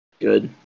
Good